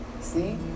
See